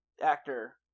Actor